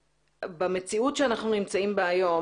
במציאות בה אנחנו נמצאים היום,